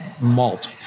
malt